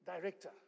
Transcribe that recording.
director